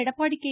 Edappadi K